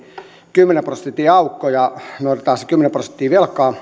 kymmenen prosentin aukko ja me otamme sen kymmenen prosenttia velkaa viisi pilkku viisi miljardia ehkä